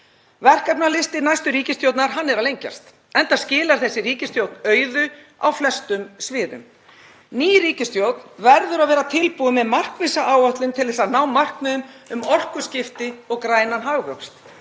Verkefnalisti næstu ríkisstjórnar er að lengjast, enda skilar þessi ríkisstjórn auðu á flestum sviðum. Ný ríkisstjórn verður að vera tilbúin með markvissa áætlun til að ná markmiðum um orkuskipti og grænan hagvöxt.